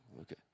okay